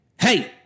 hey